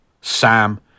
Sam